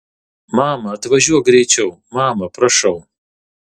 mama atvažiuok greičiau mama prašau